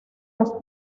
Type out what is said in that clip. las